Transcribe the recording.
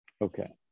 Okay